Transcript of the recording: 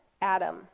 Adam